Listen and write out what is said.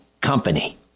company